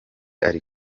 ari